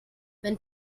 wenn